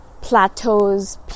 plateaus